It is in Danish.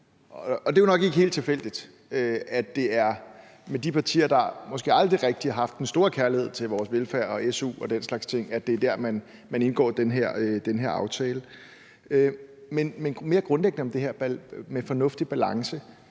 Det er jo nok ikke helt tilfældigt, at det er med de partier, der måske aldrig rigtig har haft den store kærlighed til vores velfærd og su, at man indgår den her aftale. Men i forhold til det mere grundlæggende om det her med en fornuftig balance